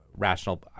Rational